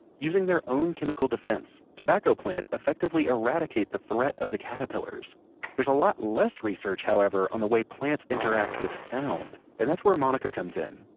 using their own chemical defense, tobacco plants effectively eradicate the threat of the caterpillars there's a lot less research, however, on the ways plants interact with sound. and that's where monica comes in.